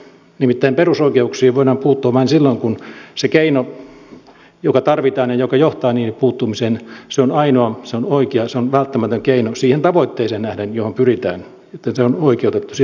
nimittäin perusoikeuksiin voidaan puuttua vain silloin kun se keino joka tarvitaan ja joka johtaa niiden puuttumiseen on ainoa on oikea on välttämätön keino siihen tavoitteeseen nähden johon pyritään niin että se on oikeutettu sillä perusteella